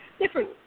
different